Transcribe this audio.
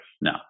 No